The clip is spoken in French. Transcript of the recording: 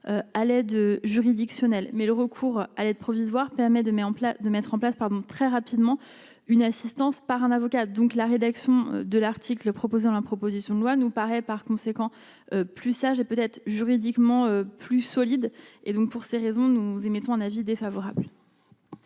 à l'aide juridictionnelle, mais le recours à l'aide provisoire permet de mais en plein de mettre en place par très rapidement une assistance par un avocat, donc la rédaction de l'article proposant la proposition de loi nous paraît par conséquent plus sage et peut-être juridiquement plus solide et donc pour ces raisons, nous émettons un avis défavorable.